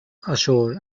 ashore